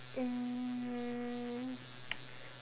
um